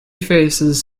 faces